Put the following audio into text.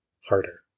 harder